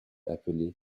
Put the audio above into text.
appelé